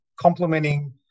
complementing